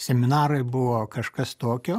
seminarai buvo kažkas tokio